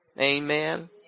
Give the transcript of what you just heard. Amen